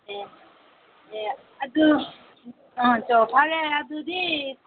ꯑꯗꯨ ꯐꯔꯦ ꯑꯗꯨꯗꯤ